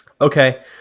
Okay